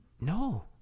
No